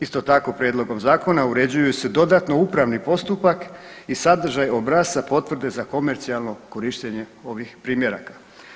Isto tako, prijedlogom zakona uređuju se dodatno upravni postupak i sadržaj obrasca potvrde za komercijalno korištenje ovih primjeraka.